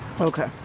Okay